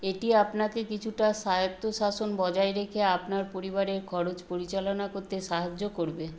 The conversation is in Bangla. এটি আপনাকে কিছুটা স্বায়ত্তশাসন বজায় রেখে আপনার পরিবারের খরচ পরিচালনা করতে সাহায্য করবে